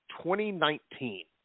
2019